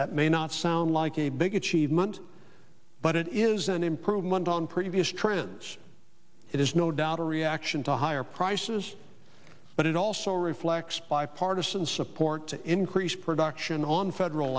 that may not sound like a big achievement but it is an improvement on previous trends it is no doubt a reaction to higher prices but it also reflects bipartisan support to increase production on federal